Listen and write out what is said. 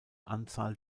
anzahl